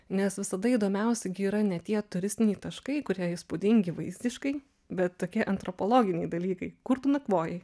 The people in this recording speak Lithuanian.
nes visada įdomiausia gi yra ne tie turistiniai taškai kurie įspūdingi vaizdiškai bet tokie antropologiniai dalykai kur tu nakvojai